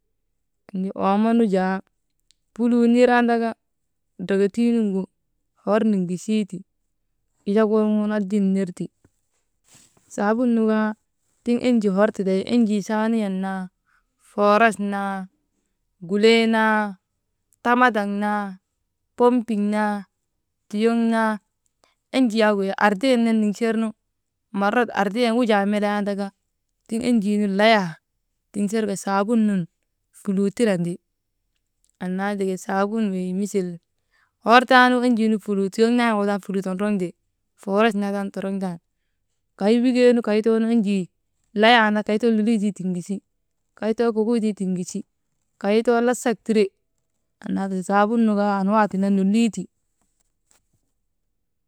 Oomo nu jaa fuluu nir andaka dreketuunu hor nindiŋisii ti kijak worgoonu adil nir ti. Saabun nu kaa tiŋ enjii hor ti day enjii saaniyen naa, fooroch naa, gulee naa, tamadak naa, pompik naa, tiyok naa, enjii yak wey ardiyen ner niŋsernu, marat ardieen wujaa melee andaka tiŋ enjii nu layaa tiŋ sera saabun nun fuluu tirandi, annaa tika saabun wey misil hor taanu enjii nu fuluu tuyok naa nokoy taanu fuluu tondroŋtee ti, foorach naa taa nu toroŋ tan, kay wikee nu kay too enjii layaa andaka kay toonu lilituu tiŋgisi, kay too kukuytuu tiŋgisi, kay too lasak tire, annaa tika saabun nu kaa annwaa tenen lolii ti.